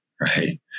right